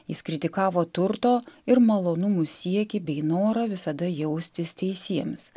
jis kritikavo turto ir malonumų siekį bei norą visada jaustis teisiems